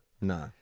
No